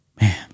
Man